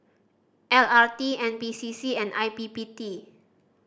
L R T N P C C and I P P T